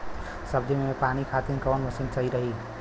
सब्जी में पानी खातिन कवन मशीन सही रही?